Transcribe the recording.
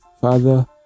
Father